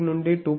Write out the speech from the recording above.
3 నుండి 2